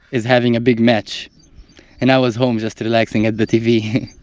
is having a big match and i was home just relaxing at the tv.